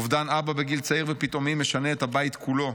אובדן אבא בגיל צעיר ופתאומי משנה את הבית כולו.